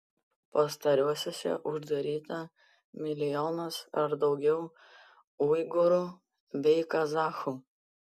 pastarosiose uždaryta milijonas ar daugiau uigūrų bei kazachų